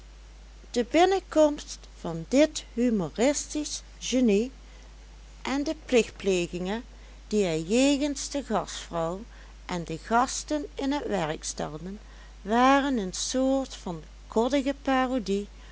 de binnenkomst van dit humoristisch genie en de plichtplegingen die hij jegens de gastvrouw en de gasten in het werk stelde waren een soort van koddige parodie